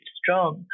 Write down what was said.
strong